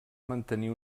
mantenir